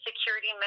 security